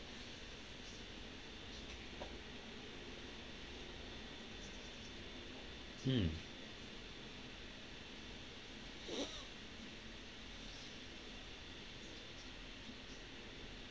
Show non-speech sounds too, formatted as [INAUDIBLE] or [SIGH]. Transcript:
mm [BREATH]